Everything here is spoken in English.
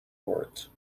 words